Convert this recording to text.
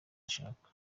ashaka